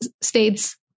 states